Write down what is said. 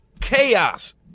chaos